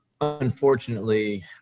unfortunately